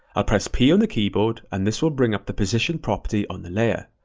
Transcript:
i'll press p on the keyboard and this will bring up the position property on the layer.